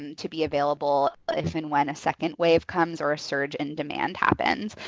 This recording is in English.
and to be available if and when a second wave comes or a surge in demand happens.